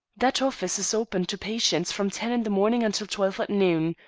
that office is open to patients from ten in the morning until twelve at noon.